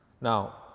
Now